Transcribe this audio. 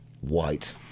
White